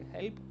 help